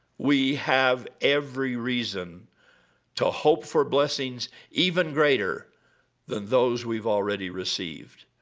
we have every reason to hope for blessings even greater than those we've already received,